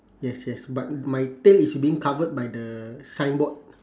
yes yes but my tail is being covered by the signboard